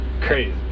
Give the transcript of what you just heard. crazy